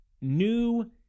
new